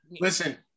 listen